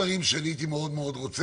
אתה אדם שמביא איתו ניסיון עצום,